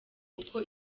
uko